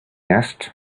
asked